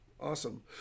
Awesome